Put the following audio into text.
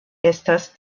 estas